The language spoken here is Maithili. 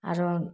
आरो